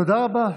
תודה רבה.